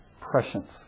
Prescience